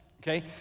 okay